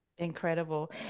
Incredible